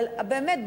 אבל באמת,